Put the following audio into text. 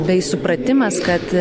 bei supratimas kad